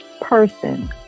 person